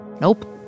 nope